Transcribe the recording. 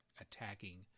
attacking